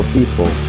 people